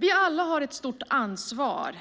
Vi har alla ett stort ansvar